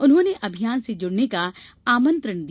उन्होंने अभियान से जुड़ने का आमंत्रण दिया